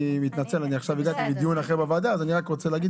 הגעתי עכשיו מדיון אחר אז אני רק רוצה להגיד